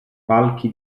palchi